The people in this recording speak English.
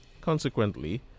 Consequently